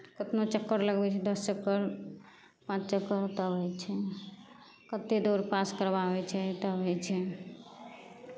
कतनो चक्कर लगबै छै दस चक्कर पाँच चक्कर तब होइ छै कतेक दौड़ पास करवाबै छै तब होइ छै